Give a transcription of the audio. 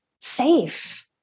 safe